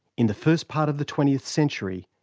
in the first part of the twentieth century,